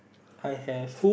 I have